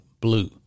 blue